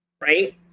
Right